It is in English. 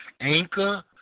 Anchor